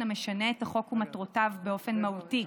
המשנה את החוק ומטרותיו באופן מהותי.